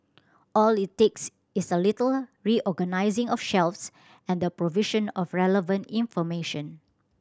all it takes is a little reorganising of shelves and the provision of relevant information